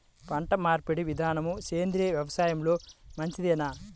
పంటమార్పిడి విధానము సేంద్రియ వ్యవసాయంలో మంచిదేనా?